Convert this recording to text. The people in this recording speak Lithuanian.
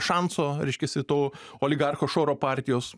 šanso reiškiasi to oligarcho šoro partijos